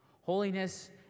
Holiness